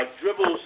dribbles